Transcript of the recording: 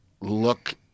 look